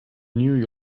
new